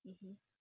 mmhmm